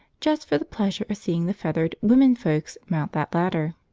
just for the pleasure of seeing the feathered women-folks mount that ladder.